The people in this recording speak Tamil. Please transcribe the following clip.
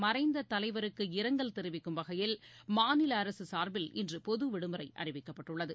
மறைந்த தலைவருக்கு இரங்கல் தெரிவிக்கும் வகையில் மாநில அரசு சார்பில் இன்று பொது விடுமுறை அறிவிக்கப்பட்டுள்ளது